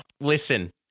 Listen